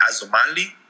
Azomali